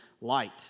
light